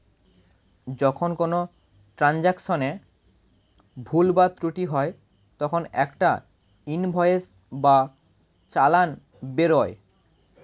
যখন কোনো ট্রান্জাকশনে ভুল বা ত্রুটি হয় তখন একটা ইনভয়েস বা চালান বেরোয়